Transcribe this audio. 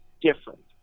different